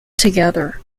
together